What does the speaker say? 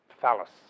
phallus